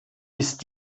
ist